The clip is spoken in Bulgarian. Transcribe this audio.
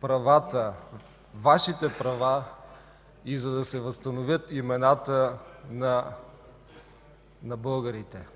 правата, Вашите права и за да се възстановят имената на българите.